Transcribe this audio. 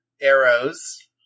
arrows